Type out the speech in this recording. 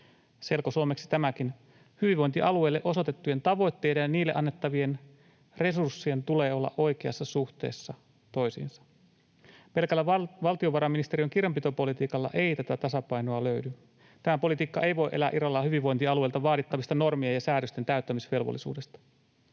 Selkosuomeksi tämäkin: hyvinvointialueille osoitettujen tavoitteiden ja niille annettavien resurssien tulee olla oikeassa suhteessa toisiinsa. Pelkällä valtiovarainministeriön kirjanpitopolitiikalla ei tätä tasapainoa löydy. Tämä politiikka ei voi elää irrallaan hyvinvointialueilta vaadittavasta normien ja säädösten täyttämisvelvollisuudesta.